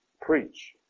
preach